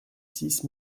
six